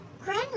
Grandma